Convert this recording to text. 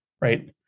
right